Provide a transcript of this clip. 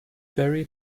very